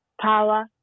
power